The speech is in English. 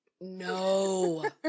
No